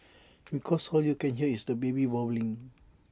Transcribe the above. because all you can hear is the baby bawling